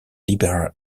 liberal